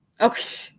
Okay